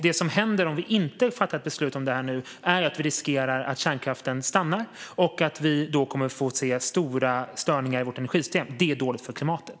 Det som händer om vi inte fattar ett beslut om det här nu är att vi riskerar att kärnkraften stannar och att vi då kommer att få se stora störningar i vårt energisystem. Det är dåligt för klimatet.